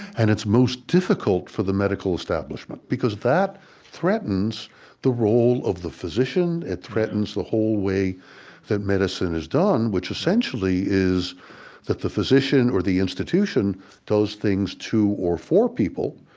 and it's most difficult for the medical establishment, because that threatens the role of the physician. it threatens the whole way that medicine is done, which essentially is that the physician or the institution does things to or for people,